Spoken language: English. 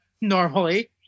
normally